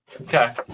Okay